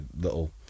little